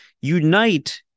Unite